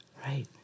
right